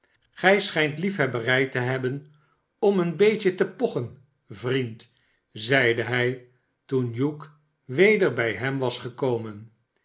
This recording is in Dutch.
sgij schijnt liefhebberij te hebben om een beetje te pochen vriend zeide hij toen hugh weder bij hem was gekomen